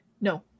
No